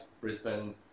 Brisbane